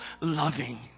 loving